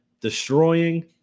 destroying